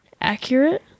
Accurate